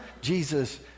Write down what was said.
Jesus